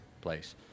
place